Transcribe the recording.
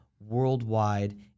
worldwide